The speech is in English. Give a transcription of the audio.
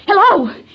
Hello